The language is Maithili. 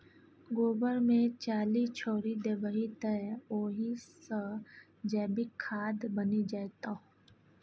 गोबर मे चाली छोरि देबही तए ओहि सँ जैविक खाद बनि जेतौ